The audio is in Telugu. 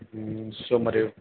సో మరి